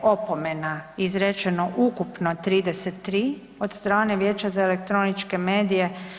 Opomena izrečeno ukupno 33 od strane Vijeća za elektroničke medije.